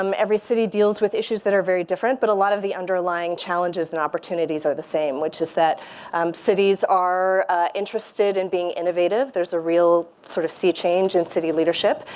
um every city deals with issues that are very different. but a lot of the underlying challenges and opportunities are the same. which is that cities are interested in being innovative. there's a real sort of, see change in city leadership.